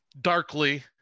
darkly